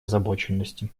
озабоченности